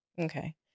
Okay